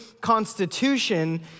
constitution